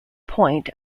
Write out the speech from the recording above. point